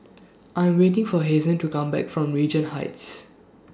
I'm waiting For Hazen to Come Back from Regent Heights